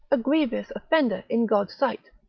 a grievous offender in god's sight,